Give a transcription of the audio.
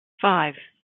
five